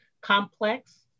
complex